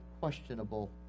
questionable